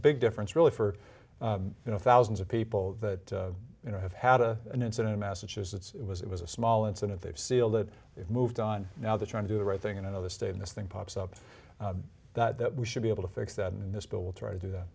big difference really for you know thousands of people that you know have had a an incident massachusetts it was it was a small incident they've sealed it they've moved on now they're trying to do the right thing in another state in this thing pops up that we should be able to fix that this bill will try to do that